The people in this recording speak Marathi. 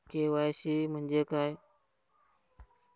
के.वाय.सी म्हंजे काय?